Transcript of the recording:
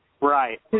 Right